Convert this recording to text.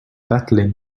battling